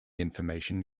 information